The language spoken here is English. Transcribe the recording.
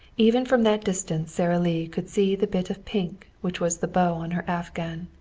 even from that distance sara lee could see the bit of pink which was the bow on her afghan.